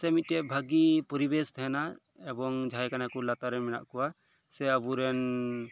ᱥᱮ ᱢᱤᱫ ᱴᱮᱱ ᱵᱷᱟᱜᱮᱹ ᱯᱚᱨᱤᱵᱮᱥ ᱛᱟᱦᱮᱱᱟ ᱮᱵᱚᱝ ᱡᱟᱦᱟᱸᱭ ᱠᱟᱱᱟ ᱠᱚ ᱞᱟᱛᱟᱨ ᱨᱮ ᱢᱮᱱᱟᱜ ᱠᱚᱣᱟ ᱥᱮ ᱟᱵᱚᱨᱮᱱ